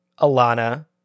Alana